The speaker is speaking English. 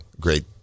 great